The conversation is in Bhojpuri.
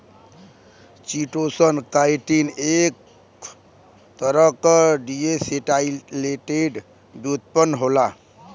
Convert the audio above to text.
चिटोसन, काइटिन क एक तरह क डीएसेटाइलेटेड व्युत्पन्न होला